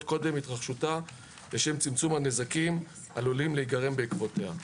קודם התרחשותה לשם צמצום הנזקים העלולים להיגרם בעקבותיה.